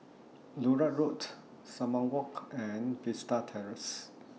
Larut Road Sumang Walk and Vista Terrace